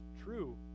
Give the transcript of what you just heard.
true